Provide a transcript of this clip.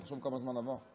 תחשוב כמה זמן עבר,